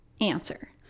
answer